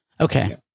okay